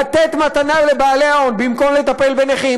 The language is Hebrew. לתת מתנה לבעלי ההון במקום לטפל בנכים,